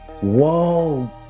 whoa